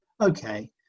okay